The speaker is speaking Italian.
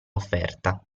offerta